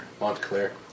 Montclair